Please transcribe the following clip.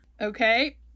Okay